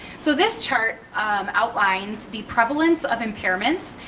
so this chart outlines the prevalence of impairments,